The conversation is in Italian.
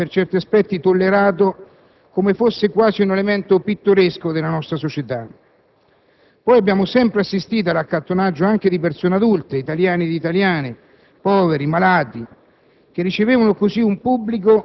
contenuto nel numero e per certi aspetti tollerato, come fosse quasi un elemento pittoresco della nostra società. Abbiamo sempre assistito all'accattonaggio anche di persone adulte, italiani ed italiane, poveri, malati,